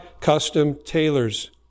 custom-tailors